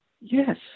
Yes